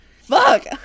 Fuck